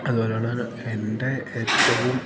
അതുപോലുള്ള എൻ്റെ ഏറ്റവും